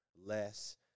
less